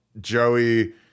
Joey